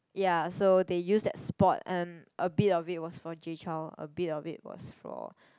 ya so they use that spot and a bit of it was for Jay-Chou a bit of it was for